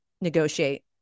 negotiate